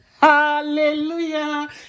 Hallelujah